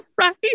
Right